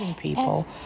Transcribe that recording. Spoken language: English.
people